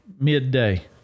midday